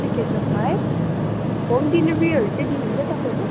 सिके चोकमा है होम डेलिभरीहरू चाहिँ दिनुहुन्छ तपाईँहरूले